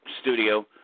studio